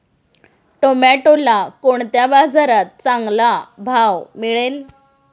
टोमॅटोला कोणत्या बाजारात चांगला भाव मिळेल?